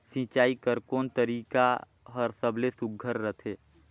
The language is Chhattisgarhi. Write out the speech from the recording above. सिंचाई कर कोन तरीका हर सबले सुघ्घर रथे?